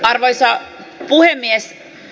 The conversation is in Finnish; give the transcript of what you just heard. arvoisa puhemies